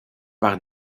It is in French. par